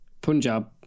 Punjab